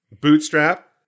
Bootstrap